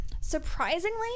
Surprisingly